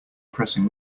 pressing